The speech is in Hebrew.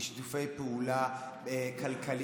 לשיתופי פעולה כלכליים,